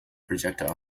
projectile